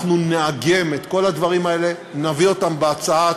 אנחנו נאגם את כל הדברים האלה, נביא אותם בהצעת